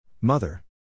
Mother